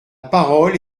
parole